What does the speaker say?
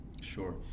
Sure